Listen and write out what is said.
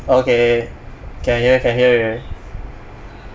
okay can hear can hear already